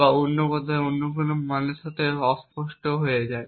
বা অন্য কথায় অন্য কোনও মানের সাথে অস্পষ্ট হয়ে যায়